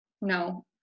no